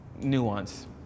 Nuance